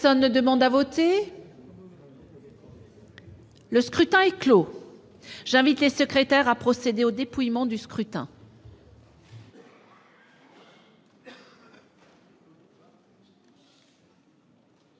Personne ne demande plus à voter ?... Le scrutin est clos. J'invite Mmes et MM. les secrétaires à procéder au dépouillement du scrutin.